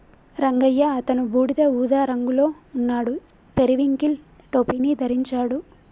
రంగయ్య అతను బూడిద ఊదా రంగులో ఉన్నాడు, పెరివింకిల్ టోపీని ధరించాడు